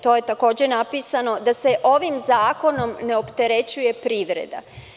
To je takođe napisano da se ovim zakonom ne opterećuje privreda.